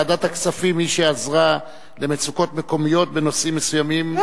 ועדת הכספים היא שעזרה למצוקות מקומיות בנושאים מסוימים,